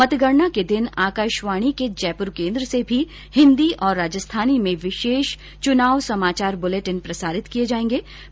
मतगणना रै दिन आकाशवाणी रा जयपुर केन्द्र सूं भी हिन्दी अर राजस्थानी मांय विशेष चृणाव समाचार बुलेटिन प्रसारित किया जावैला